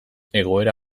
egoera